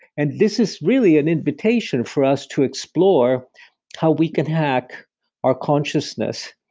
and this is really an invitation for us to explore how we can hack our consciousness,